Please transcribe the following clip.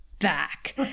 back